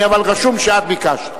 אבל רשום שאת ביקשת.